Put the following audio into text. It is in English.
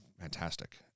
fantastic